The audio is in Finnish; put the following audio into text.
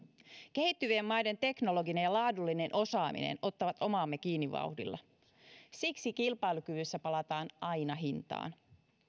kehittyvien maiden teknologinen ja laadullinen osaaminen ottavat omaamme kiinni vauhdilla siksi kilpailukyvyssä palataan aina hintaan